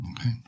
Okay